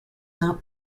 not